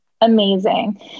Amazing